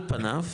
על פניו,